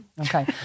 Okay